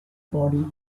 body